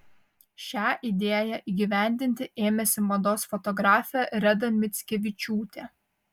šią idėją įgyvendinti ėmėsi mados fotografė reda mickevičiūtė